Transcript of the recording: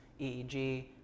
EEG